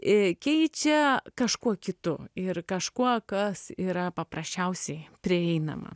ir keičia kažkuo kitu ir kažkuo kas yra paprasčiausiai prieinama